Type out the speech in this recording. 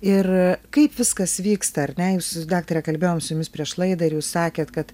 ir kaip viskas vyksta ar ne jūs daktare kabėjom su jumis prieš laidą ir jūs sakėt kad